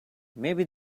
maybe